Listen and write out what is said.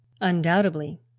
undoubtedly